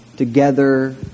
together